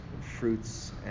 fruits